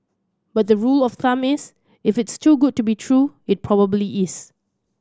but the rule of climb is if it's too good to be true it probably is